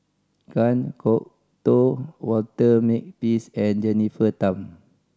Kan Kwok Toh Walter Makepeace and Jennifer Tham